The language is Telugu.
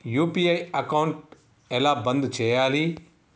యూ.పీ.ఐ అకౌంట్ ఎలా బంద్ చేయాలి?